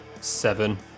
seven